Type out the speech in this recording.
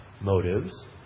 Motives